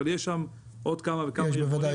אבל יש שם עוד כמה וכמה ארגונים.